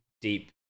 deep